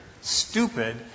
stupid